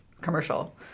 commercial